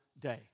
day